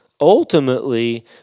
ultimately